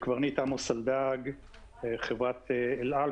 אני קברניט בחברת אל על,